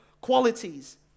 qualities